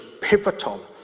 pivotal